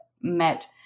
met